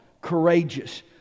courageous